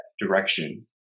direction